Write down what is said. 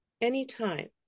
anytime